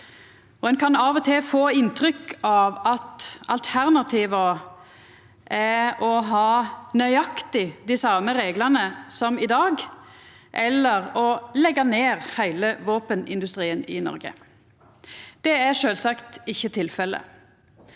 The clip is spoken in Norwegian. Ein kan av og til få inntrykk av at alternativa er å ha nøyaktig dei same reglane som i dag eller å leggja ned heile våpenindustrien i Noreg. Det er sjølvsagt ikkje tilfellet.